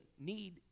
need